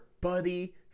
Buddy